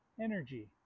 energy